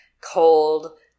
cold